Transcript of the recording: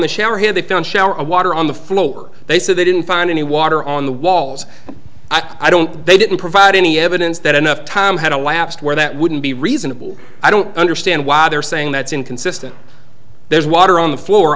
the shower head they found shower water on the floor they said they didn't find any water on the walls i don't they didn't provide any evidence that enough time had elapsed where that wouldn't be reasonable i don't understand why they're saying that's inconsistent there's water on the floor